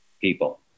people